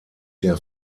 der